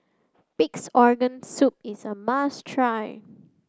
Pig's Organ Soup is a must try